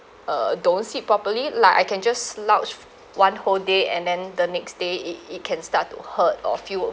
uh don't sit properly like I can just slouch one whole day and then the next day it it can start to hurt or feel